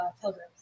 pilgrims